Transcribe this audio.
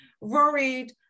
worried